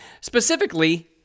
specifically